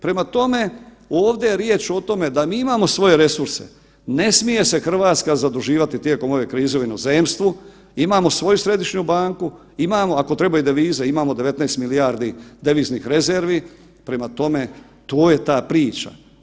Prema tome, ovdje je riječ o tome da mi imamo svoje resurse, ne smije se RH zaduživati tijekom ove krize u inozemstvu, imamo svoju središnju banku, imamo ako treba i devize, imamo 19 milijardi deviznih rezervi, prema tome to je ta priča.